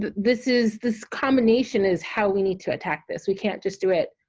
this is this combination is how we need to attack this we can't just do it